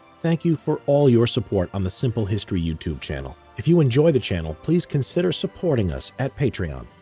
thank you for all your support on the simple history youtube channel. if you enjoy the channel, please consider supporting us at patreon.